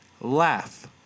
Laugh